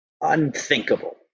unthinkable